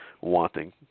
wanting